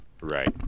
Right